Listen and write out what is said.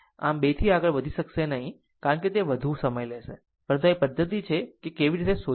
આમ 2 થી આગળ વધશે નહીં કારણ કે તે વધુ સમય લેશે પરંતુ આ એક પદ્ધતિ છે કે કેવી રીતે શોધવી